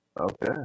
Okay